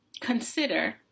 consider